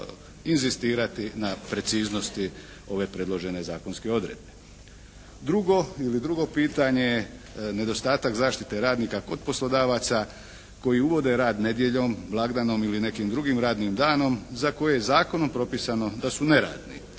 na preciznosti ove predložene zakonske odredbe. Drugo, ili drugo pitanje je nedostatak zaštite radnika kod poslodavaca koji uvode rad nedjeljom, blagdanom ili nekim drugim radnim danom za koje je zakonom propisano da su neradni.